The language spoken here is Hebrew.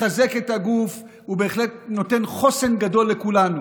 מחזק את הגוף ובהחלט נותן חוסן גדול לכולנו.